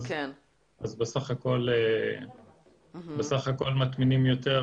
אז בסך הכול מטמינים יותר,